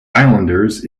islanders